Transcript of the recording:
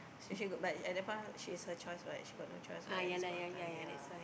specially got but at that point she's her choice [what] she got no choice [what] at this point of time ya